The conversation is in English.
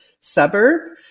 suburb